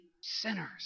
sinners